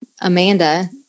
Amanda